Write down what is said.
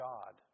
God